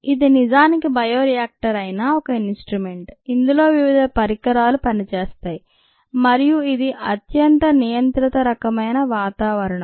ఇది నిజానికి బయోరియాక్టర్ అయినా ఒక ఇనుస్ట్రుమెంట్ ఇందులో వివిధ పరికరాలు పనిచేస్తాయి మరియు ఇది అత్యంత నియంత్రిత రకమైన వాతావరణం